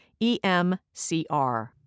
EMCR